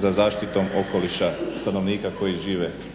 za zaštitom okoliša stanovnika koji žive unutar